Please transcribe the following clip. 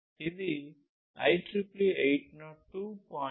ఇది IEEE 802